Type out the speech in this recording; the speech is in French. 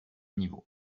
niveau